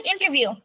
interview